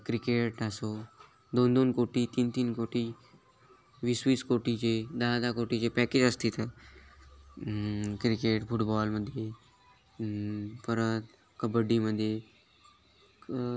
cricket असो दोन दोन कोटी तीन तीन कोटी वीस वीस कोटीचे दहा दहा कोटीचे पॅकेज अस तिथं क्रिकेट फुटबॉलमध्ये परत कबड्डीमध्ये क